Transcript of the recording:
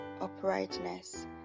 uprightness